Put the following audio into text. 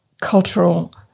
cultural